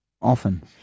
Often